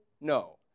no